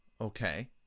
Okay